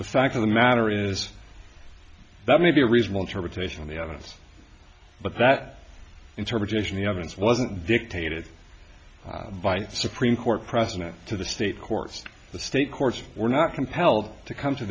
the fact of the matter is that may be a reasonable interpretation of the other but that interpretation the evidence wasn't dictated by supreme court precedent to the state courts the state courts were not compelled to come to